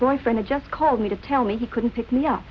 boyfriend just called me to tell me he couldn't pick me up